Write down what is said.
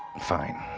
fine.